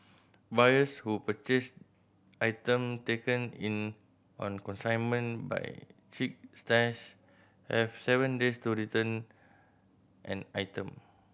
buyers who purchase item taken in on consignment by Chic Stash have seven days to return an item